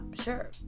sure